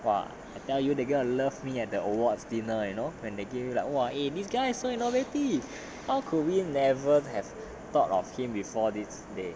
!wow! I tell you that they going to love me at the awards dinner you know when the came in like !wow! eh this guy is so innovative how could we never have thought of him before this day